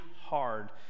hard